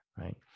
Right